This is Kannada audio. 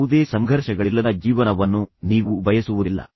ಯಾವುದೇ ಸಂಘರ್ಷಗಳಿಲ್ಲದ ಜೀವನವನ್ನು ನೀವು ಬಯಸುವುದಿಲ್ಲ